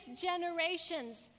generations